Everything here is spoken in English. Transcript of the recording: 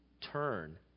turn